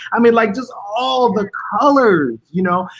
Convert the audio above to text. i mean, like just all the colors, you know?